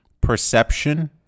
perception